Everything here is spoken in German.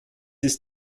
ist